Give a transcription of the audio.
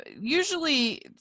usually